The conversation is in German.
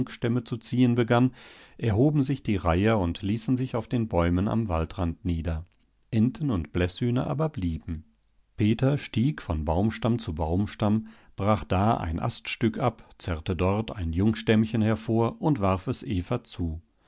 zu ziehen begann erhoben sich die reiher und ließen sich auf den bäumen am waldrand nieder enten und bläßhühner aber blieben peter stieg von baumstamm zu baumstamm brach da ein aststück ab zerrte dort ein jungstämmchen hervor und warf es eva zu